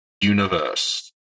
universe